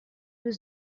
was